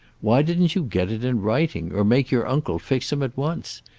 why didn't you get it in writing, or make your uncle fix him at once?